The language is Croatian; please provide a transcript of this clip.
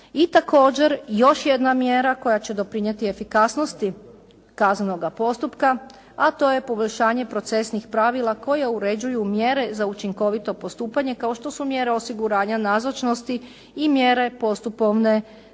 I također još jedna mjera koja će doprinijeti efikasnosti kaznenoga postupka, a to je poboljšanje procesnih pravila koje uređuju mjere za učinkovito postupanje kao što su mjere osiguranja nazočnosti i mjere postupovne stege